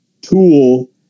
tool